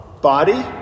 body